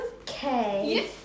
Okay